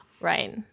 Right